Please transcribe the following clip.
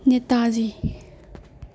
Netaji